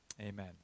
amen